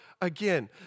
again